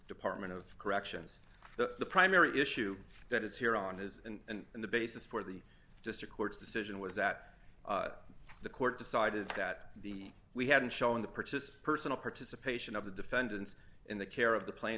department of corrections the primary issue that is here on his and the basis for the district court's decision was that the court decided that the we had in showing the purchase personal participation of the defendants in the care of the